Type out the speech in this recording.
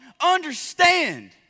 understand